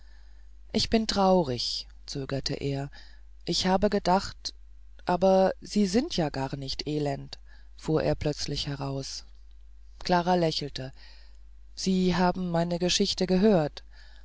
ich bin traurig zögerte er ich habe gedacht aber sie sind ja gar nicht elend fuhr es plötzlich heraus klara lächelte sie haben meine geschichte gehört